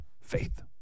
Faith